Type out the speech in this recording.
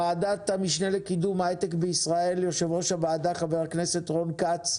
ועדת המשנה לקידום ההיי טק בישראל יו"ר הוועדה חבר הכנסת רון כץ.